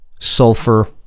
Sulfur